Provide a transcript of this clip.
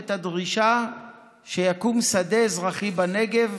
ואת הדרישה שיקום שדה אזרחי בנגב,